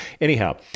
Anyhow